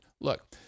Look